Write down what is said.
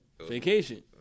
Vacation